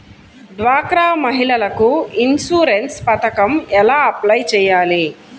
డ్వాక్రా మహిళలకు ఇన్సూరెన్స్ పథకం ఎలా అప్లై చెయ్యాలి?